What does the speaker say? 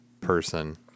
person